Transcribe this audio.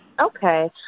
Okay